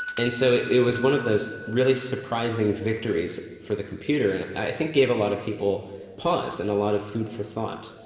and so it it was one of those really surprising victories for the computer, and i think gave a lot of people pause, and a lot of food for thought.